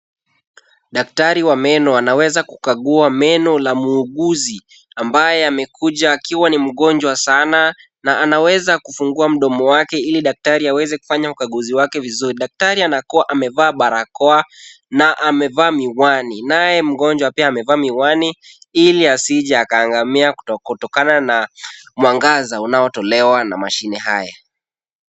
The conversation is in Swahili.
Daktari wa meno anaweza kukagua meno la muuguzi ambaye amekuja akiwa ni mgonjwa sana na anaweza kufungua mdomo wake ili daktari aweze kufanya ukaguzi wake vizuri. Daktari anakuwa amevaa barakoa na amevaa miwani. Naye mgonjwa pia amevaa miwani ili asije akaangamia kutokana na mwangaza unaotolewa na mashine haya.